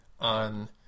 on